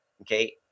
Okay